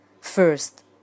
first